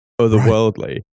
otherworldly